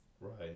Right